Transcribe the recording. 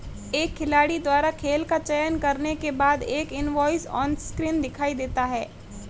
एक खिलाड़ी द्वारा खेल का चयन करने के बाद, एक इनवॉइस ऑनस्क्रीन दिखाई देता है